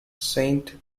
saint